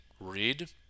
read